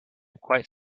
quite